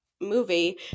movie